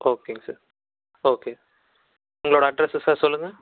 ஓகேங்க sir okay உங்களோடய அட்ரஸை சார் சொல்லுங்கள்